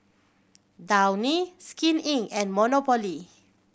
Downy Skin Inc and Monopoly